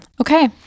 Okay